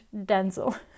Denzel